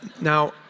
Now